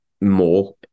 more